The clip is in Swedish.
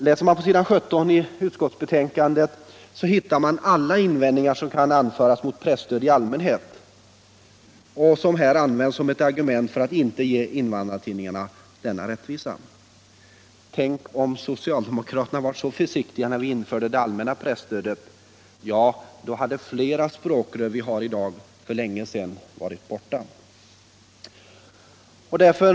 Läser man på s. 17 i utskottsbetänkandet, så hittar man alla invändningar som kan anföras mot presstöd i allmänhet, och används som argument för att inte ge invandrartidningarna denna rättvisa. Tänk om socialdemokraterna hade varit så försiktiga när vi införde det allmänna press stödet! Ja, då hade fler av de språkrör vi i dag har för länge sedan varit borta.